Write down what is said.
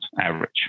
average